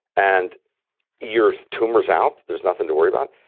and your tumor's out. there's nothing to worry about.